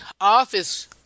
office